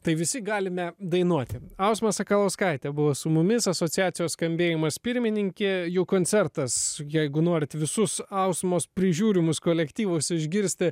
tai visi galime dainuoti aurimas sakalauskaitė buvo su mumis asociacija skambėjimas pirmininkė jų koncertas jeigu norit visus ausmos prižiūrimus kolektyvus išgirsti